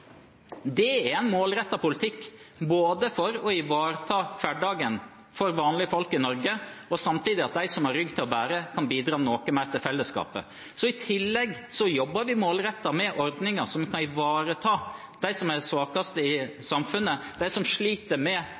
Det er en målrettet politikk for å ivareta hverdagen for vanlige folk i Norge og samtidig at de som har rygg til å bære, kan bidra noe mer til fellesskapet. I tillegg jobber vi målrettet med ordninger som kan ivareta de som er svakest i samfunnet, de som sliter med